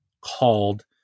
called